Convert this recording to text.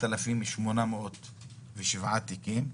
8,807 תיקים,